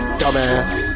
dumbass